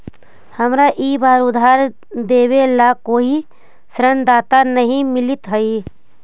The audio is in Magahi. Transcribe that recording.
हमारा ई बार उधार देवे ला कोई ऋणदाता नहीं मिलित हाई